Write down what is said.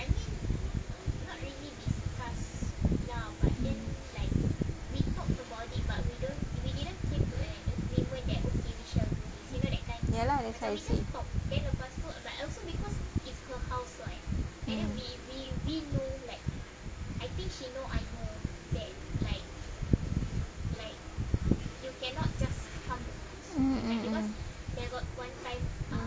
ya lah that's why I say